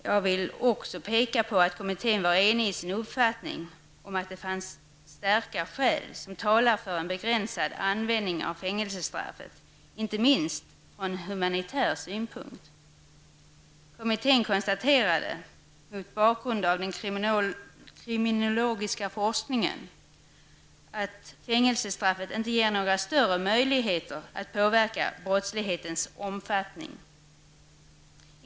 Jag vill också peka på att kommittén var enig i sin uppfattning att det finns starka skäl som talar för en begränsad användning av fängelsestraffet, inte minst från humanitär synpunkt. Kommittén konstaterade, mot bakgrund av den kriminologiska forskningen, att fängelsestraffet inte ger några större möjligheter att påverka brottslighetens omfattning.